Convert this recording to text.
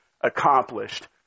accomplished